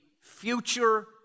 future